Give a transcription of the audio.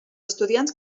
estudiants